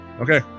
okay